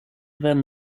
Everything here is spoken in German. werden